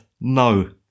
no